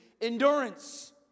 endurance